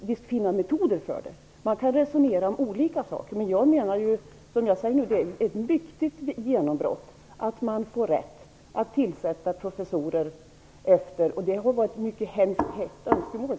Vi måste finna metoder för det. Man kan resonera om olika saker. Jag anser att det var ett viktigt genombrott att man nu har rätt att tillsätta professorer efter kön, vilket dessutom har varit ett mycket hett önskemål.